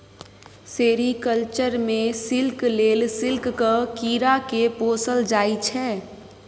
sericulture मे silk लेल सिल्कक कीरा केँ पोसल जाइ छै